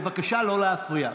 בבקשה לא להפריע.